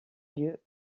lieu